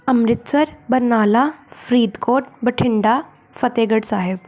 Amritsar Barnala Faridkot Bathinda Fatehgarh Sahib